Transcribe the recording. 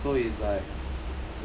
so it's like